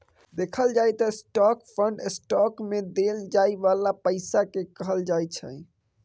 देखल जाइ त स्टाक फंड स्टॉक मे देल जाइ बाला पैसा केँ कहल जाइ छै